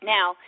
Now